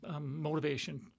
Motivation